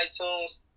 iTunes